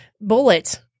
bullet